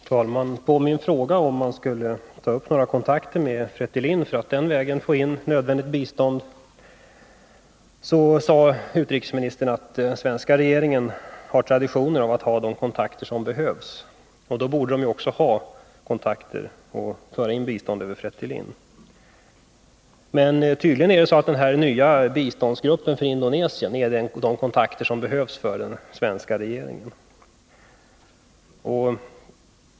Herr talman! På min fråga om man skulle ta några kontakter med FRETILIN för att på den vägen få in nödvändigt bistånd svarade utrikesministern att den svenska regeringen har traditionen att ta de kontakter som behövs. Då borde den också ha kontakt med och föra in bistånd via FRETILIN. Men tydligen utgör den nya biståndsgruppen för Indonesien de kontakter som behövs för den svenska regeringen.